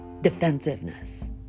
Defensiveness